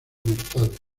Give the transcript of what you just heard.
mortales